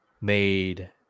made